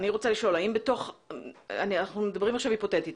אנחנו מדברים עכשיו היפותטית.